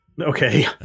Okay